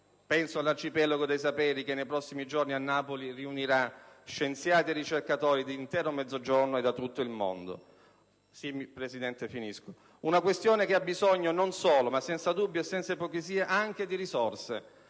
Penso a quell'Arcipelago dei saperi che nei prossimi giorni a Napoli riunirà scienziati e ricercatori del Mezzogiorno e di tutto il mondo. Una questione che ha bisogno non solo, ma senza dubbio e senza ipocrisie, anche di risorse: